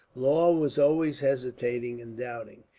law was always hesitating and doubting.